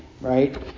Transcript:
right